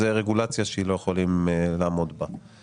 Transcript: זה רגולציה שלא יכולים לעמוד בה.